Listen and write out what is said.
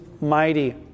mighty